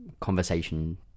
conversation